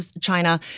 China